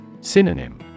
Synonym